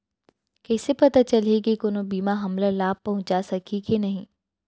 कइसे पता चलही के कोनो बीमा हमला लाभ पहूँचा सकही के नही